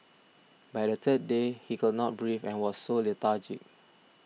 by the third day he could not breathe and was so lethargic